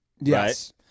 yes